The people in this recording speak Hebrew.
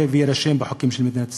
ויירשם בספר החוקים של מדינת ישראל.